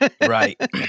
Right